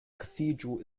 cathedral